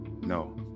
no